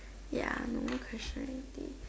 ya I no more questions this